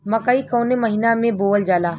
मकई कवने महीना में बोवल जाला?